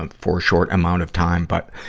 um for a short amount of time. but,